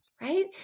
right